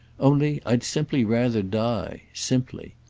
only i'd simply rather die simply.